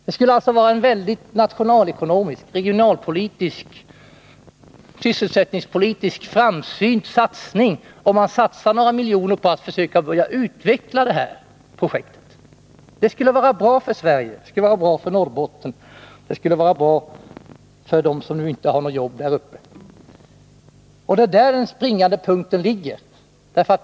Det skulle alltså vara nationalekonomiskt, regionalpolitiskt och sysselsättningspolitiskt framsynt att satsa några miljoner på att försöka börja utveckla det här projektet. Det skulle vara bra för Sverige, och det skulle vara bra för Norrbotten och för dem som inte har något jobb där uppe. Det är där den springande punkten ligger.